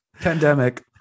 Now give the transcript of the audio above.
Pandemic